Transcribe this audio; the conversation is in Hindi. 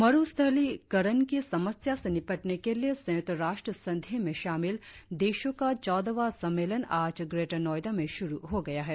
मरुस्थलीकरण की समस्या से निपटने के लिए संयुक्त राष्ट्र संधि में शामिल देशों का चौदहवां सम्मेलन आज ग्रेटर नोएडा में शुरु हो गया है